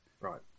Right